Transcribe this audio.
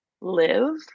live